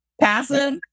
passive